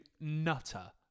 nutter